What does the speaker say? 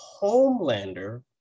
Homelander